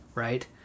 Right